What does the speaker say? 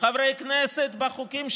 חברי כנסת, בחוקים שלהם,